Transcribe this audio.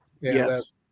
yes